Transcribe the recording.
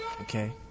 Okay